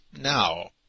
now